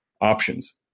options